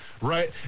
right